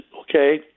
okay